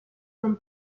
from